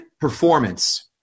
Performance